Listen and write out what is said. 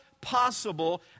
possible